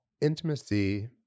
Intimacy